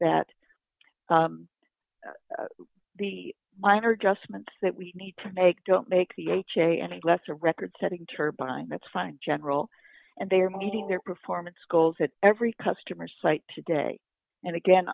that the minor adjustments that we need to make don't make the ha any less a record setting turbine that's fine general and they are meeting their performance goals at every customer site today and again